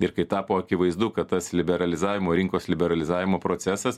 ir kai tapo akivaizdu kad tas liberalizavimo rinkos liberalizavimo procesas